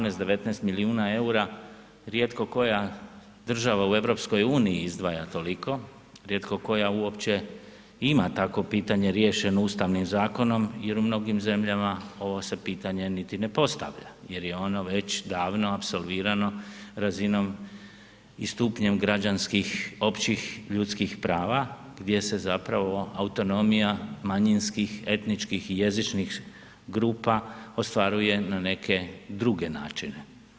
18, 19 milijuna EUR-a rijetko koja država u EU izdvaja toliko, rijetko koja uopće ima takvo pitanje riješeno ustavnim zakonom jer u mnogim zemljama ovo se pitanje niti ne postavlja jer je ono već davno apsolvirano razinom i stupnjem građanskih, općih, ljudskih prava gdje se zapravo autonomija manjinskih, etničkih i jezičnih grupa ostvaruje na neke druge načine.